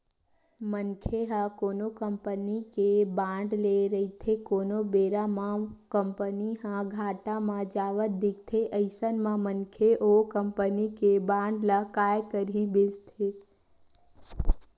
मनखे ह कोनो कंपनी के बांड ले रहिथे कोनो बेरा म कंपनी ह घाटा म जावत दिखथे अइसन म मनखे ओ कंपनी के बांड ल काय करही बेंचथे